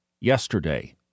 yesterday